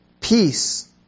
Peace